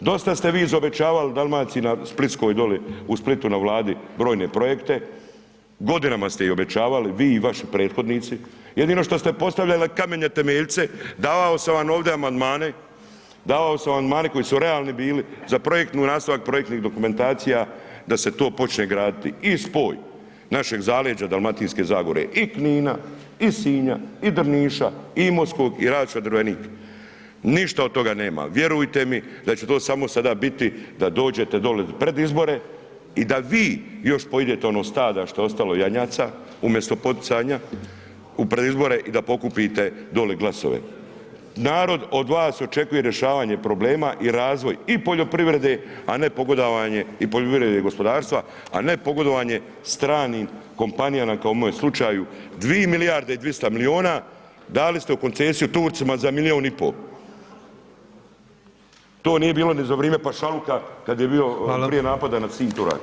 dosta ste vi izobećavali Dalmaciji na, splitskoj doli, u Splitu na Vladi, brojne projekte, godinama ste ih obećavali, vi i vaši prethodnici, jedino što ste postavljali kamenje temeljce, davao sam vam ovdje amandmane, davao sam vam amandmane koji su realni bili, za projektnu … [[Govornik se ne razumije]] i projektnih dokumentacija, da se to počne graditi i spoj našeg zaleđa dalmatinske zagore i Knina i Sinja i Drniša i Imotskog i … [[Govornik se ne razumije]] Drvenik, ništa od toga nema, vjerujte mi da će to samo sada biti da dođete doli pred izbore i da vi još poidete ono stada što je ostalo janjaca umjesto poticanja u predizbore i da pokupite doli glasove, narod od vas očekuje rješavanje problema i razvoj i poljoprivrede, a ne pogodovanje i … [[Govornik se ne razumije]] gospodarstva, a ne pogodovanje stranim kompanijama kao u ovom slučaju, 2 milijarde i 200 milijuna dali ste u koncesiju Turcima za milijun i po, to nije bilo ni za vrime pašaluka kad je bio [[Upadica: Hvala…]] prije napada na Sinj Turaka.